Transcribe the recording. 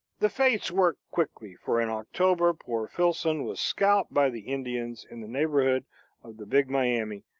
the fates work quickly, for in october poor filson was scalped by the indians in the neighborhood of the big miami,